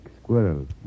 squirrel